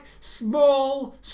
small